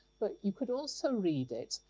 but you could also read it,